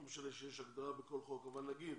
לא משנה שיש הגדרה בכל חוק, אבל נגיד